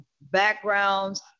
backgrounds